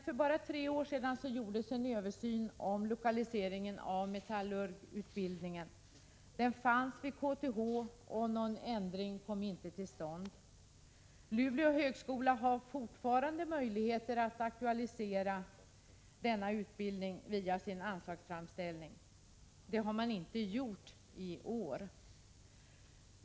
För bara tre år sedan gjordes en översyn av lokaliseringen av metallurgutbildningen, som fanns vid KTH, och någon ändring kom inte till stånd. Luleå högskola har fortfarande möjligheter att aktualisera denna utbildning via sin anslagsframställning, men det har man inte gjort i år.